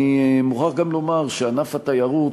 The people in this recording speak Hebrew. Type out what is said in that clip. אני מוכרח גם לומר שענף התיירות